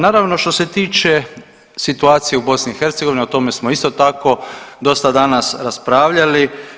Naravno što se tiče situacije u BiH o tome smo isto tako dosta danas raspravljali.